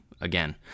again